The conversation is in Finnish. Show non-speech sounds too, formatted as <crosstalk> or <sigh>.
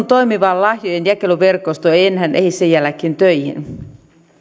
<unintelligible> toimiva lahjojen jakeluverkosto ei ei enää ehdi sen jälkeen töihin